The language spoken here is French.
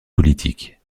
politiques